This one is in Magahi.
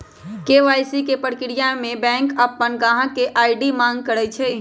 के.वाई.सी के परक्रिया में बैंक अपन गाहक से आई.डी मांग करई छई